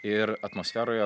ir atmosferoje